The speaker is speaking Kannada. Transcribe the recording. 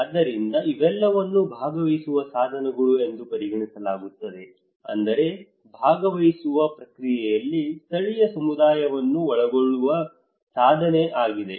ಆದ್ದರಿಂದ ಇವೆಲ್ಲವನ್ನೂ ಭಾಗವಹಿಸುವ ಸಾಧನಗಳು ಎಂದು ಪರಿಗಣಿಸಲಾಗುತ್ತದೆ ಅಂದರೆ ಭಾಗವಹಿಸುವ ಪ್ರಕ್ರಿಯೆಯಲ್ಲಿ ಸ್ಥಳೀಯ ಸಮುದಾಯವನ್ನು ಒಳಗೊಳ್ಳುವ ಸಾಧನ ಆಗಿದೆ